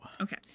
okay